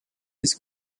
his